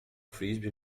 frisbee